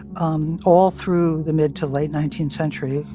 um all through the mid to late nineteenth century,